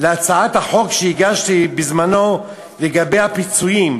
להצעת החוק שהגשתי בזמני לגבי הפיצויים.